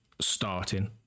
starting